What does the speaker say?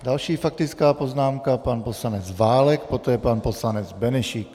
Další faktická poznámka, pan poslanec Válek, poté pan poslanec Benešík.